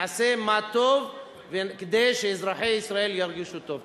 נעשה מה שטוב כדי שאזרחי ישראל ירגישו טוב.